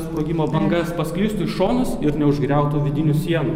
sprogimo banga pasklistų į šonus ir neužgriautų vidinių sienų